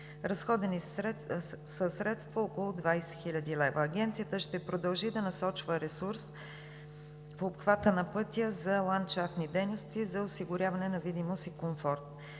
Разходени са средства около 20 хил. лв. Агенцията ще продължи да насочва ресурс по обхвата на пътя за ландшафни дейности за осигуряване на видимост и комфорт.